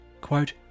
Quote